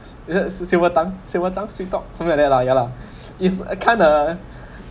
is this sil~ silver tongue silver tongue sweet talk something like that lah ya lah it's a kinda